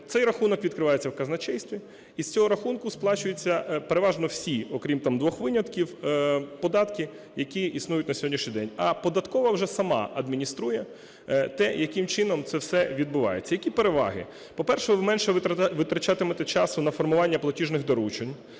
цей рахунок відкривається в казначействі. І з цього рахунку сплачуються переважно всі, окрім там двох винятків, податки, які існують на сьогоднішній день. А податкова вже сама адмініструє те, яким чином це все відбувається. Які переваги. По-перше, ви менше витрачатимете часу на формування платіжних доручень.